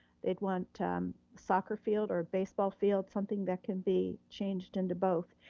they'd want a soccer field or a baseball field, something that can be changed into both,